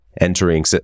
entering